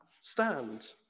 stand